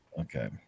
Okay